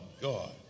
God